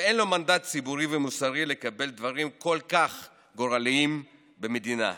אין לו מנדט ציבורי ומוסרי לקבל דברים כל כך גורליים למדינת ישראל,